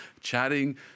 chatting